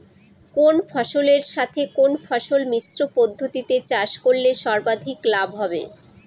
কোন ফসলের সাথে কোন ফসল মিশ্র পদ্ধতিতে চাষ করলে সর্বাধিক লাভ হবে?